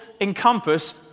encompass